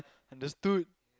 and the stool